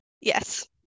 Yes